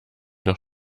noch